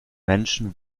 menschen